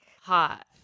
hot